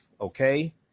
okay